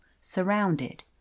surrounded